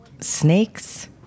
Snakes